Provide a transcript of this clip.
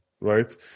right